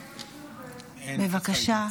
בבקשה.